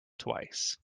twice